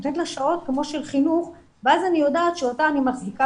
אני נותנת לה שעות כמו של חינוך ואז אני יודעת שהיא מחזיקה,